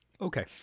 Okay